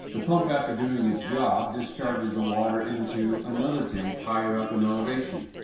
the pump after doing its job discharges the water into another tank higher up in elevation.